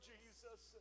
Jesus